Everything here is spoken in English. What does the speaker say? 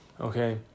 okay